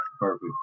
perfect